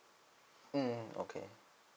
mm okay